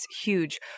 huge